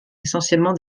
essentiellement